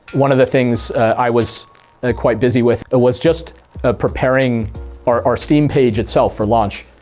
one of the things i was quite busy with ah was just preparing our our steam page itself for launch.